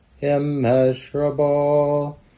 immeasurable